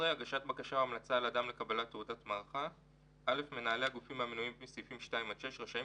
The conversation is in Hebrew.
הגשת 11. (א) מנהלי הגופים המנויים בסעיפים 2 עד 6 רשאים